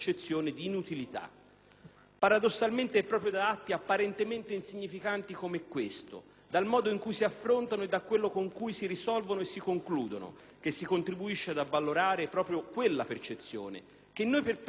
Paradossalmente è proprio da atti apparentemente insignificanti come questo, dal modo in cui si affrontano e da quello in cui si risolvono e si concludono che si contribuisce ad avvalorare proprio quella percezione dalla quale noi per primi dovremmo rifuggire.